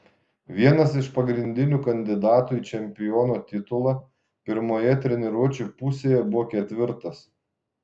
vienas iš pagrindinių kandidatų į čempiono titulą pirmoje treniruočių pusėje buvo ketvirtas